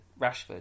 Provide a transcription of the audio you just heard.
Rashford